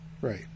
Right